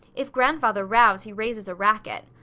if grandfather rows, he raises a racket.